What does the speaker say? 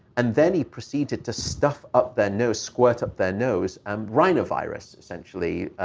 and then he proceeded to stuff up their nose, squirt up their nose, and rhinovirus, essentially,